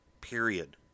Period